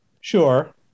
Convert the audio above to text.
sure